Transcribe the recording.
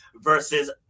versus